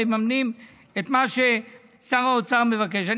מממנים את מה ששר האוצר מבקש.